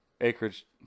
acreage